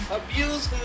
abuse